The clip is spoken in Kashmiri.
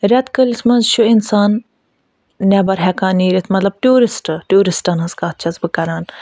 رٮ۪تٕہ کٲلِس منٛز چھِ اِنسان نٮ۪بَر ہٮ۪کان نیٖرِتھ مطلب ٹوٗرِسٹ ٹوٗرِسٹَن ہٕنٛز کَتھ چھَس بہٕ کران